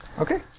Okay